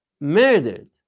murdered